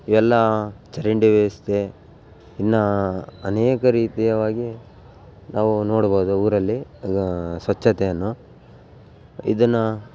ಎಲ್ಲ ಚರಂಡಿ ವ್ಯವಸ್ಥೆ ಇನ್ನು ಅನೇಕ ರೀತಿಯಾಗಿ ನಾವು ನೋಡ್ಬೋದು ಊರಲ್ಲಿ ಸ್ವಚ್ಛತೆಯನ್ನು ಇದನ್ನು